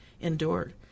endured